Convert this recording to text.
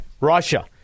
Russia